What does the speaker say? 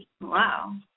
Wow